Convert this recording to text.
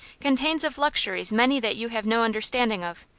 contains of luxuries many that you have no understanding of.